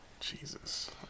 Jesus